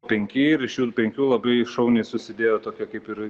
penki ir iš penkių labai šauniai susidėjo tokia kaip ir